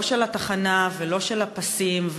לא של התחנה ולא של הפסים,